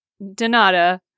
Donata